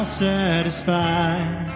satisfied